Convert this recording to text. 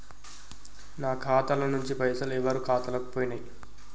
నా ఖాతా ల నుంచి పైసలు ఎవరు ఖాతాలకు పోయినయ్?